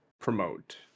promote